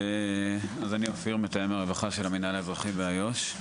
אני אופיר, מתאם הרווחה של המינהל האזרחי באיו"ש.